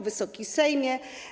Wysoki Sejmie!